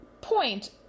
point